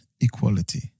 equality